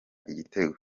igitego